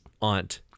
Aunt